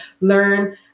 learn